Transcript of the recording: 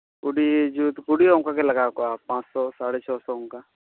ᱠᱩᱰᱤ ᱡᱩᱛ ᱠᱩᱰᱤ ᱦᱚᱸ ᱚᱱᱠᱟ ᱜᱮ ᱞᱟᱜᱟᱣ ᱠᱚᱜᱼᱟ ᱯᱟᱸᱥ ᱥᱚ ᱥᱟᱲᱮ ᱪᱷᱚ ᱥᱚ ᱚᱱᱠᱟ